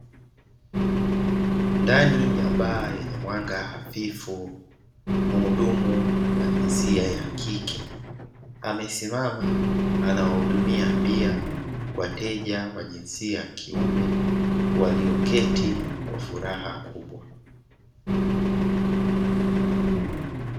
Ndani ya baa ya mwanga hafifu, muhudumu wa jinsia ya kike, amesimama anawahudumia bia wateja wa jinsia ya kiume walioketi kwa furaha kubwa.